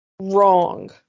wrong